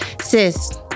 Sis